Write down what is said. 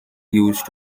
used